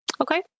okay